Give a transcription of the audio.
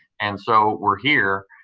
and so we're here,